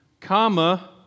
comma